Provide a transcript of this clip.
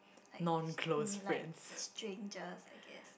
like s~ um like strangers I guess